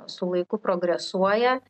su laiku progresuoja